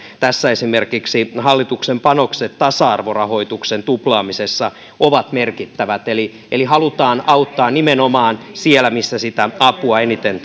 tässä esimerkiksi hallituksen panokset tasa arvorahoituksen tuplaamisessa ovat merkittävät eli eli halutaan auttaa nimenomaan siellä missä sitä apua eniten